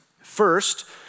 First